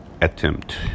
attempt